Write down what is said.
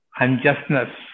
unjustness